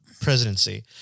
presidency